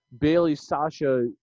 Bailey-Sasha